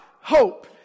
hope